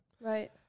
Right